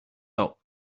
top